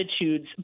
attitudes